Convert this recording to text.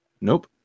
Nope